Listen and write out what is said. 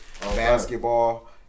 basketball